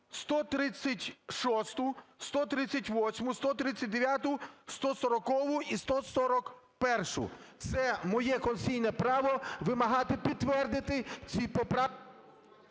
136-у, 138-у, 139-у, 140-у і 141-у. Це моє конституційне право – вимагати підтвердити ці поправки…